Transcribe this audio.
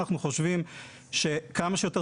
אנחנו חושבים שצריך שיהיו כמה שיותר